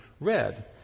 read